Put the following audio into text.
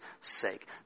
sake